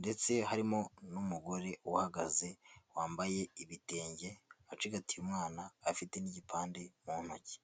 ndetse harimo n'umugore uhagaze wambaye ibitenge acigatiye, umwana afite n'igipande mu ntoki.